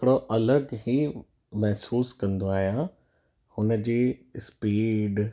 हिकिड़ो अलॻि ई महसूसु कंदो आहियां हुन जी स्पीड